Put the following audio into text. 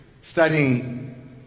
studying